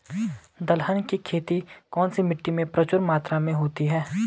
दलहन की खेती कौन सी मिट्टी में प्रचुर मात्रा में होती है?